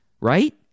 right